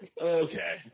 Okay